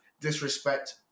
disrespect